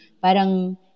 parang